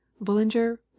Bullinger